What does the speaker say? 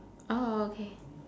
oh okay